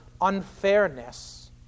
unfairness